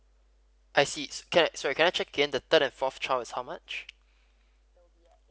I see it's can sorry can I check in the third and fourth child is how much